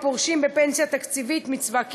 הפורשים בפנסיה תקציבית מצבא קבע,